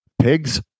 pigs